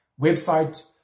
website